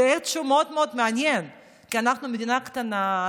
זה מאוד מאוד מעניין כי אנחנו מדינה קטנה,